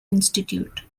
institute